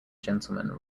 gentleman